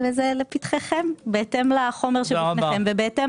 זה לפתחכם בהתאם לחומר שלפניכם ובהתאם